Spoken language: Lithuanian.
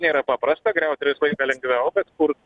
nėra paprasta griaut yra visą laiką lengvaiu bet kurt